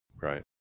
Right